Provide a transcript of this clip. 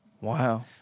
Wow